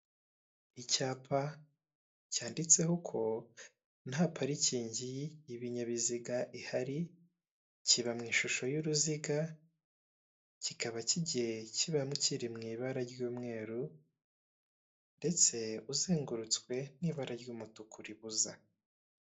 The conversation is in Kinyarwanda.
Icyapa cyanditseho ko nta parikingi y'ibinyabiziga ihari, kiba mu ishusho y'uruziga kikaba kigiye kiba kiri mu ibara ry'umweru ndetse uzengurutswe n'ibara ry'umutuku ribuza.